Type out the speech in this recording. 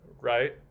right